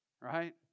right